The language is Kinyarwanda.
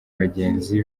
bagenzi